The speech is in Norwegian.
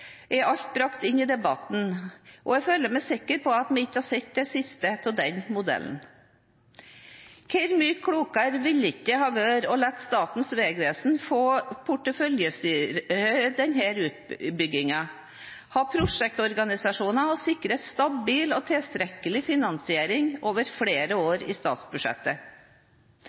er alt brakt inn i debatten, og jeg føler meg sikker på at vi ikke har sett det siste til den modellen. Hvor mye klokere ville det ikke ha vært å la Statens vegvesen få porteføljestyre utbyggingen, ha prosjektorganisasjoner og sikre stabil og tilstrekkelig finansiering over flere år